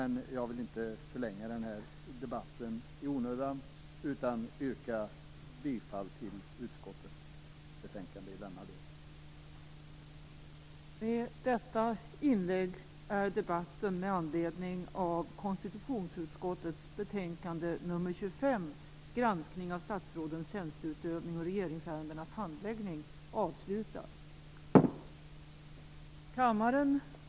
På förslag av talmannen medgav kammaren att återstående ärenden på dagens föredragningslista fick avgöras i ett sammanhang vid morgondagens arbetsplenum, efter informationen från regeringen.